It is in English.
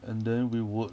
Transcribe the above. and then we would